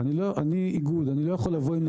אני איגוד, אני לא יכול להביא נתונים.